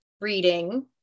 reading